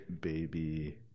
baby